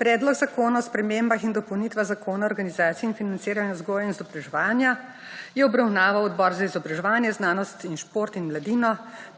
Predlog zakona o spremembah in dopolnitvah Zakona o organizaciji in financiranju vzgoje in izobraževanje je obravnaval Odbor za izobraževanje, znanost, šport in mladino